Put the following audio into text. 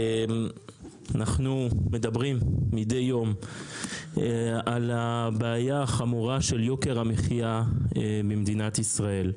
אנחנו מדברים מדי יום על הבעיה החמורה של יוקר המחייה במדינת ישראל.